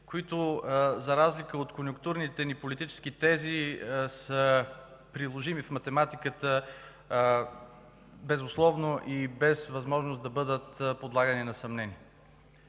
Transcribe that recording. които за разлика от конюнктурните ни политически тези, са приложими в математиката безусловно и без възможност да бъдат подлагани на съмнение.